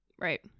Right